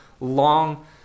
long